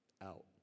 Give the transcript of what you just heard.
out